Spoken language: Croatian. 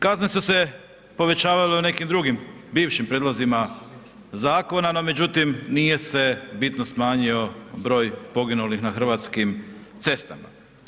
Kazne su se povećavale i u nekim drugim bivšim prijedlozima zakona, no međutim nije se bitno smanjio broj poginulih na hrvatskim cestama.